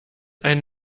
ein